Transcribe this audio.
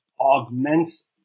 augments